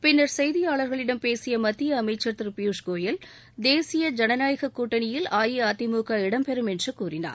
பின்னர் செய்தியாளர்களிடம் பேசிய மத்திய அமைச்சர் திரு பியூஷ்கோயல் தேசிய ஜனநாயக கூட்டணியில் அதிமுக இடம் பெறும் என்று கூறினார்